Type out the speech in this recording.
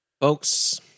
folks